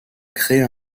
créer